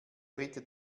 dritte